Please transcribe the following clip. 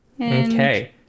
Okay